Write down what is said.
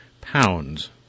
pounds